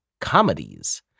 comedies